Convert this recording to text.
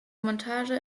montage